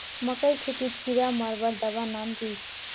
मकई खेतीत कीड़ा मारवार दवा नाम की?